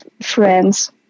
friends